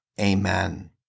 Amen